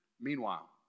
Meanwhile